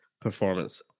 performance